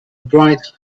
bright